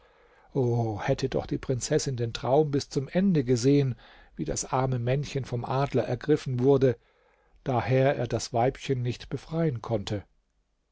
hätte doch die prinzessin den traum bis zum ende gesehen wie das arme männchen vom adler ergriffen wurde daher er das weibchen nicht befreien konnte